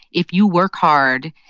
if you work hard,